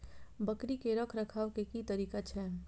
बकरी के रखरखाव के कि तरीका छै?